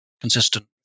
consistent